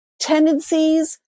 tendencies